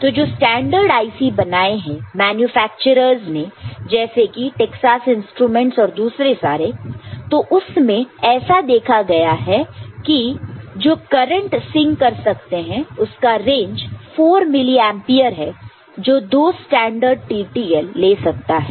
तो जो standard IC बनाए हैं मैन्युफैक्चरर्स ने जैसे कि टैक्सास इंस्ट्रूमेंट्स और दूसरे सारे तो उसमें ऐसे देखा गया है कि जो करंट सिंक कर सकते हैं उसका रेंज 4 मिली एंपियर है जो दो स्टैंडर्ड TTL ले सकता है